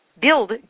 build